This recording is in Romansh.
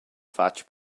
fatg